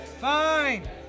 Fine